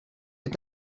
est